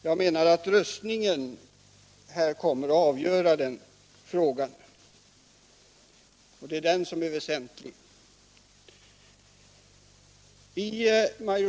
Jag menar att röstningen kommer att avgöra den frågan, och det är röstningen som är väsentlig.